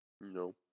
No